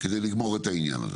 כדי לגמור את העניין הזה.